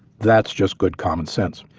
that's just good common sense,